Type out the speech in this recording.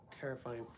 Terrifying